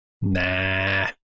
Nah